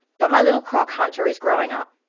but my little croc hunter is growing up,